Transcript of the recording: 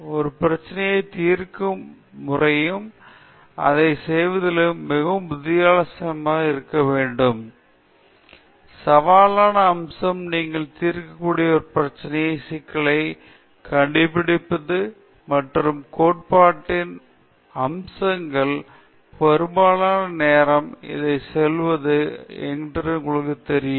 ஒரு பிரச்சனையை தீர்க்கும் திறமையும் அதைச் செய்வதிலும் மிகவும் புத்திசாலித்தனமாக இருக்க வேண்டும் ஆனால் ஒரு சவாலான அம்சம் நீங்கள் தீர்க்கக்கூடிய ஒரு குறிப்பிட்ட சிக்கலைக் கண்டுபிடிப்பது மற்றும் கோட்பாட்டின் மக்கள் பெரும்பாலான நேரம் இதைச் செய்வது என்பது உங்களுக்குத் தெரியும்